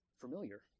familiar